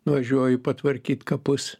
nuvažiuoju patvarkyt kapus